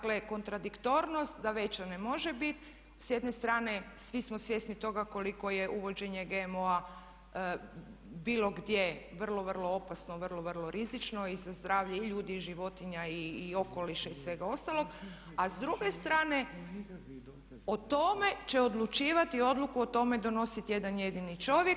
Dakle, kontradiktornost da veća ne može biti, s jedne strane svi smo svjesni toga koliko je uvođenje GMO-a bilo gdje vrlo, vrlo opasno, vrlo, vrlo rizično i za zdravlje i ljudi i životinja i okoliša i svega ostalog a s druge strane o tome će odlučivati i odluku o tome donositi jedan jedini čovjek.